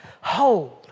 hold